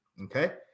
okay